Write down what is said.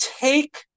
take